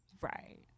Right